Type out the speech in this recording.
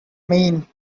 mean